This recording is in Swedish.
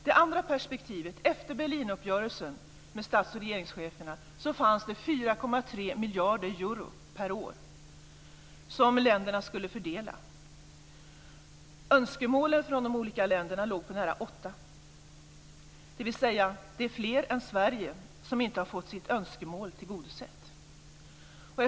Det andra perspektivet: Efter Berlinuppgörelsen med stats och regeringscheferna fanns det 4,3 miljarder euro per år som länderna skulle fördela. Önskemålen från de olika länderna låg på närmare 8 miljarder, dvs.: Det är fler än Sverige som inte har fått sitt önskemål tillgodosett.